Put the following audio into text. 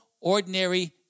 ordinary